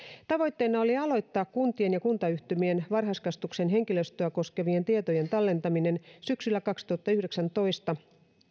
tavoitteena oli aloittaa kuntien ja kuntayhtymien varhaiskasvatuksen henkilöstöä koskevien tietojen tallentaminen syksyllä kaksituhattayhdeksäntoista